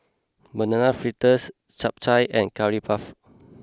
Banana Fritters Chap Chai and Curry Puff